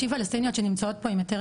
נשים פלסטיניות שנמצאות פה עם היתר